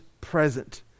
present